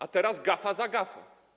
A teraz gafa za gafą.